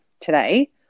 today